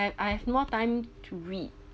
I I have more time to read